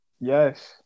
Yes